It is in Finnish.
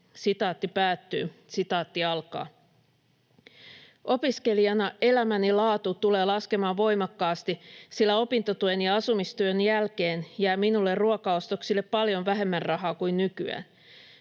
selviytymistä." "Opiskelijana elämäni laatu tulee laskemaan voimakkaasti, sillä opintotuen ja asumistuen jälkeen jää minulle ruokaostoksille paljon vähemmän rahaa kuin nykyään.